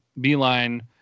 Beeline